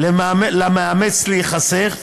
למאמץ להיחשף,